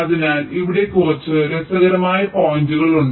അതിനാൽ ഇവിടെ കുറച്ച് രസകരമായ പോയിന്റുകൾ ഉണ്ട്